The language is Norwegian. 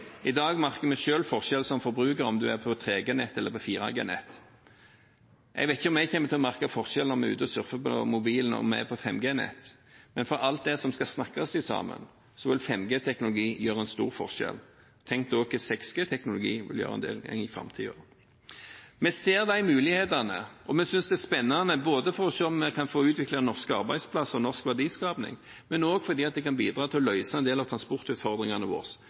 I dag merker vi som forbrukere selv forskjell på om en er på 3G-nett eller 4G-nett. Jeg vet ikke om vi kommer til å merke forskjell når vi er ute og surfer på mobilen når vi er på 5G-nett. Men for alt det som skal snakke sammen, vil 5G-teknologi gjøre en stor forskjell. Tenk da på hva 6G-teknologi vil gjøre en del lenger inn i framtiden. Vi ser de mulighetene, og vi synes det er spennende, både fordi vi kan få utviklet norske arbeidsplasser og norsk verdiskapning, og fordi det kan bidra til å løse en del av transportutfordringene våre